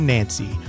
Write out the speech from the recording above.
Nancy